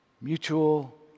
Mutual